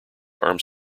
arms